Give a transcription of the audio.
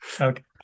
Okay